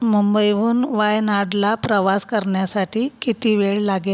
मुंबईहून वायनाडला प्रवास करण्यासाठी किती वेळ लागेल